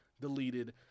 deleted